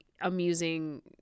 amusing